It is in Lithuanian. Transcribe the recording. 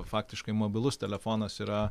faktiškai mobilus telefonas yra